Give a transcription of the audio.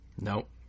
Nope